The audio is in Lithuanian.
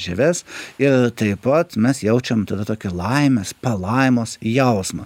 žieves ir taip pat mes jaučiam tada tokią laimės palaimos jausmą